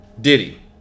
Diddy